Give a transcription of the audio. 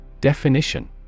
Definition